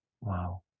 Wow